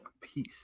peace